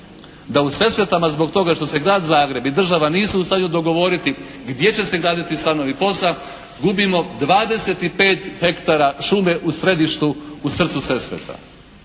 Da u Sesvetama zbog toga što se Grad Zagreb i država nisu u stanju dogovoriti gdje će se graditi stanovi POS-a gubimo 25 hektara šume u središtu u srcu Sesveta.